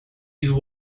used